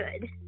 good